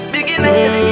Beginning